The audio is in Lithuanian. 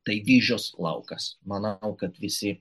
taigi vyžos laukas manau kad visi